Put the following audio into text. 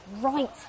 right